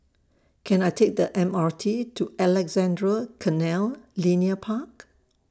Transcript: Can I Take The M R T to Alexandra Canal Linear Park